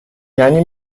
یعنی